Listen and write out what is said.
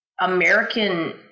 American